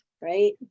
right